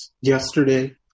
yesterday